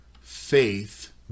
faith